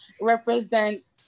represents